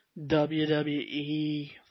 WWE